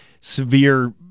severe